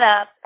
up